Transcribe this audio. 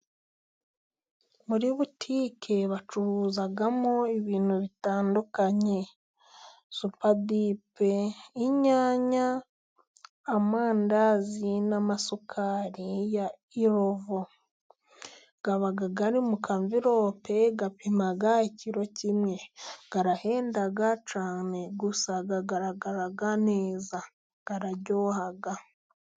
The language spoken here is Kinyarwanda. Muri butike bacuruzamo ibintu bitandukanye: supadipe, inyanya, amandazi n'amasukari ya irovo. Aba ari mu kamverope gapima ikiro kimwe, arahenda cyane gusa agaragara neza, araryoha.